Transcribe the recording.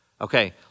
Okay